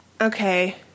Okay